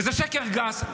וזה שקר גס.